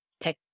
tech